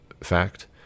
fact